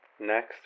Next